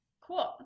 Cool